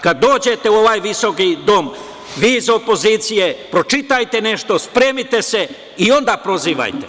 Kada dođete u ovaj visoki dom, vi iz opozicije, pročitajte nešto, spremite se i onda prizivajte.